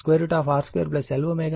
కాబట్టి ఈ విలువ ωLV R2Lω 1 ωC2 అవుతుంది